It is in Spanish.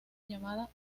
llamada